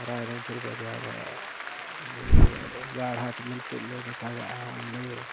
ᱨᱟᱭᱨᱚᱝᱯᱩᱨ ᱵᱟᱡᱟᱨ ᱨᱮ ᱜᱟᱲ ᱦᱟᱴ ᱢᱮᱱᱛᱮ ᱞᱮ ᱢᱮᱛᱟᱜᱼᱟ ᱚᱸᱰᱮ